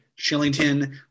Shillington